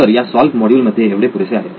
तर या solve module मध्ये एवढे पुरेसे आहे